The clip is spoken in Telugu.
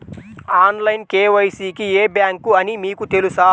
ఆన్లైన్ కే.వై.సి కి ఏ బ్యాంక్ అని మీకు తెలుసా?